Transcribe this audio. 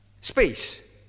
Space